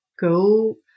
go